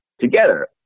together